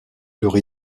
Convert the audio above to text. leur